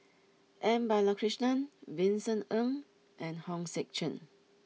M Balakrishnan Vincent Ng and Hong Sek Chern